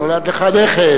נולד לך נכד.